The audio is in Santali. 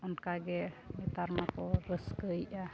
ᱚᱱᱠᱟᱜᱮ ᱱᱮᱛᱟᱨ ᱢᱟᱠᱚ ᱨᱟᱹᱥᱠᱟᱹᱭᱮᱜᱼᱟ